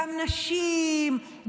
גם נשים,